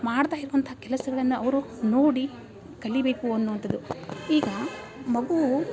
ಮಾಡ್ತಾ ಇರುವಂಥ ಕೆಲಸಗಳನ್ನು ಅವರು ನೋಡಿ ಕಲಿಯಬೇಕು ಅನ್ನುವಂಥದ್ದು ಈಗ ಮಗು